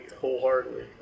wholeheartedly